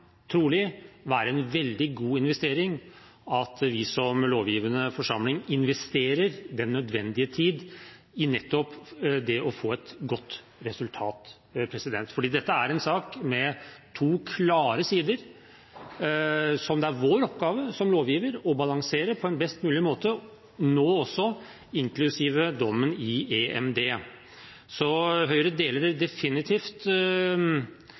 være en veldig god investering at vi som lovgivende forsamling investerer den nødvendige tid i nettopp det å få et godt resultat, fordi dette er en sak med to klare sider som det er vår oppgave som lovgiver å balansere på en best mulig måte, nå også inklusive dommen i EMD. Høyre deler definitivt